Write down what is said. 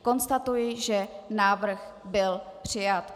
Konstatuji, že návrh byl přijat.